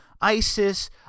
ISIS